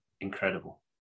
incredible